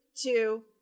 two